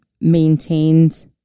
maintained